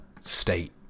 state